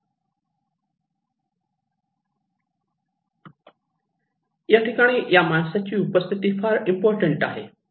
याठिकाणी या माणसाची उपस्थिती फार इम्पॉर्टंट आहे